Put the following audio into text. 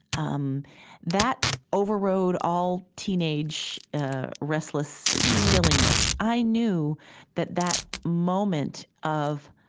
um that overrode all teenage ah restless silliness. i knew that that moment of